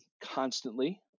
constantly